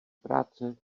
práce